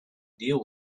deal